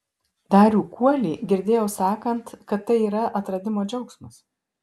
darių kuolį girdėjau sakant kad tai yra atradimo džiaugsmas